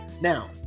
now